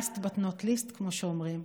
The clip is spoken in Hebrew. last but not least, כמו שאומרים,